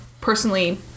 personally